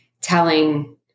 telling